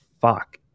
fuck